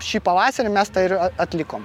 šį pavasarį mes tą ir a atlikom